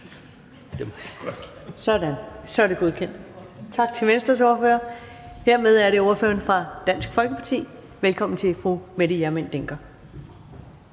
Sådan, så er det godkendt. Og hermed er det ordføreren for Dansk Folkeparti. Velkommen til fru Mette Hjermind Dencker.